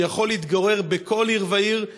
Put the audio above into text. שיכול להתגורר בכל עיר ועיר,